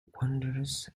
wondrous